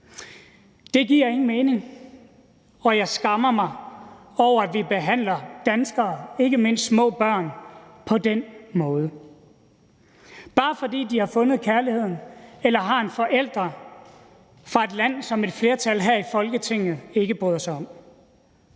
Det giver ingen mening. Og jeg skammer mig over, at vi behandler danskere, ikke mindst små børn, på den måde, bare fordi de har fundet kærligheden eller har en forælder fra et land, som et flertal her i Folketinget ikke bryder sig om.